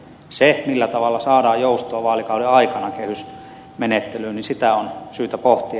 sitä millä tavalla saadaan joustoa vaalikauden aikana kehysmenettelyyn on syytä pohtia